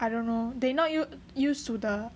I don't know they not used used to the